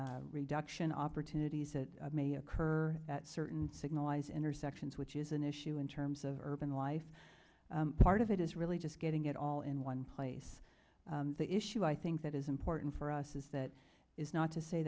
reduction opportunities that may occur that certain signalized intersections which is an issue in terms of urban life part of it is really just getting it all in one place the issue i think that is important for us is that is not to say